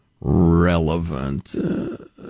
relevant